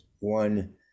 One